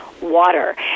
water